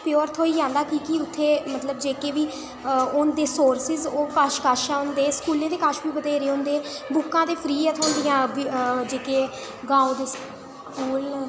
pure थ्होई जंदा क्योंकि उत्थै उं'दे मतलब उत्थै जेह्के बी ओह् होंदे सोर्सेस ओह् कश कश होंदे स्कूलें दे कश बी बत्हेरे होंदे बुक्कां ते फ्री गै थ्होंदियां जेह्के ग्रांऽ दे स्कूल न